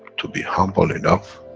to be humble enough,